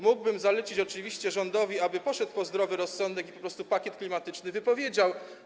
Mógłbym zalecić oczywiście rządowi, aby poszedł po zdrowy rozsądek i po prostu pakiet klimatyczny wypowiedział.